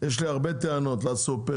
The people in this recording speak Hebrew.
יש לי הרבה טענות לסופרים,